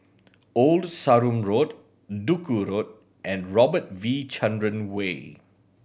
Old Sarum Road Duku Road and Robert V Chandran Way